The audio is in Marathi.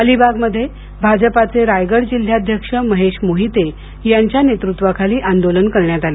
अलिबागमध्ये भाजपाचे रायगड जिल्हाध्यक्ष महेश मोहिते यांच्या नेतृत्वाखाली आंदोलन करण्यात आलं